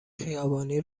خیابانی